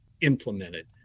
implemented